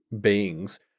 beings